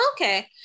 okay